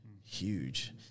huge